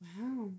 Wow